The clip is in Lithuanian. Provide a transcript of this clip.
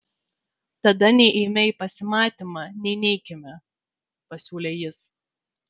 tada nei eime į pasimatymą nei neikime pasiūlė jis